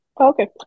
Okay